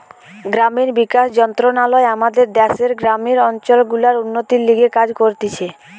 গ্রামীণ বিকাশ মন্ত্রণালয় আমাদের দ্যাশের গ্রামীণ অঞ্চল গুলার উন্নতির লিগে কাজ করতিছে